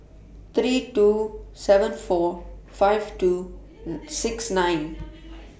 three two seven four five two six nine